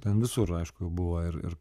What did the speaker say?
ten visur aišku buvo ir ir